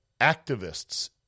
activists